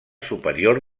superior